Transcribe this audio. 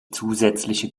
zusätzliche